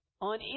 on